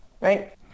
right